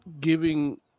giving